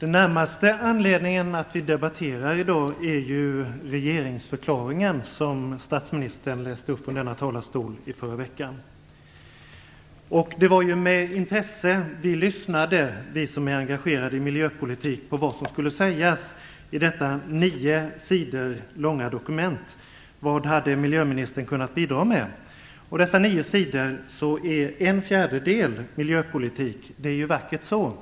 Den närmaste anledningen till att vi debatterar i dag är den regeringsförklaring som statsministern läste upp i denna talarstol förra veckan. Det var med intresse som vi som är engagerade i miljöpolitik lyssnade på vad som skulle sägas i detta nio sidor långa dokument: Vad hade miljöministern kunnat bidra med? Av dessa nio sidor handlade en fjärdedel om miljöpolitik, och det är vackert så.